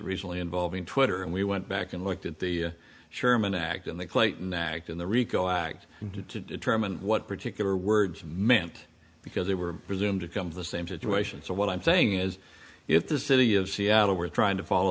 recently involving twitter and we went back and looked at the sherman act and the clayton act in the rico act determine what particular words meant because they were presumed to come to the same situation so what i'm saying is if the city of seattle were trying to follow